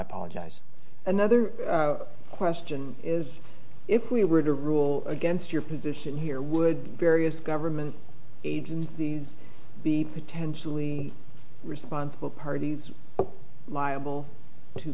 apologize another question is if we were to rule against your position here would various government agencies be potentially responsible parties liable to